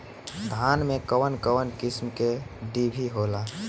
धान में कउन कउन किस्म के डिभी होला?